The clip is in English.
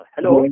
Hello